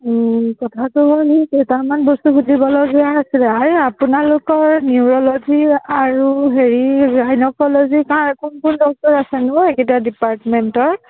কথাটো হ'ল কেইটামান বস্তু সুধিবলগীয়া আছিলে আৰু আপোনালোকৰ নিউৰ'লজি আৰু হেৰি গাইন'ক'ল'জিৰ কোন কোন ডক্তৰ আছেনো এইগিতা ডিপাৰ্টমেণ্টৰ